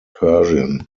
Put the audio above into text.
persian